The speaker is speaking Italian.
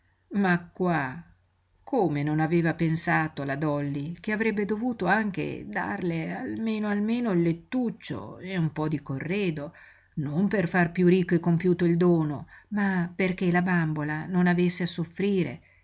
ma qua come non aveva pensato la dolly che avrebbe dovuto anche darle almeno almeno il lettuccio e un po di corredo non per far piú ricco e compiuto il dono ma perché la bambola non avesse a soffrire